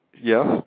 Yes